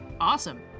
Awesome